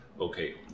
okay